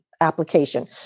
application